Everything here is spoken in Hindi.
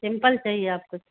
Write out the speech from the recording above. सिंपल चहिए आपको